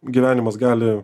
gyvenimas gali